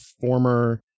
former